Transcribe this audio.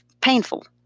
painful